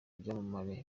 byamamare